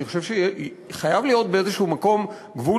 אני חושב שחייב להיות באיזה מקום גבול